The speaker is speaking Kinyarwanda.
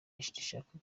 rishaka